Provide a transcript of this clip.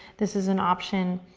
this is an option.